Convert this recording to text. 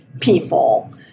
people